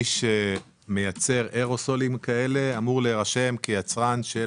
מי שמייצר אירוסולים כאלה אמור להירשם כיצרן של